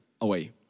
away